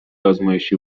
آزمایشی